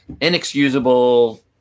inexcusable